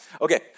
Okay